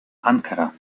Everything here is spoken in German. ankara